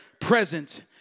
present